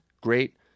great